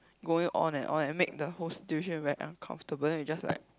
going on and on and make the whole situation very uncomfortable then you just like